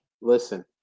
Listen